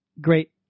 great